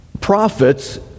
prophets